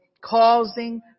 causing